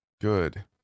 Good